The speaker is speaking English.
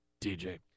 TJ